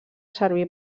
servir